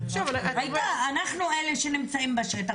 אנחנו אלה שנמצאים בשטח.